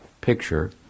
picture